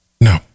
No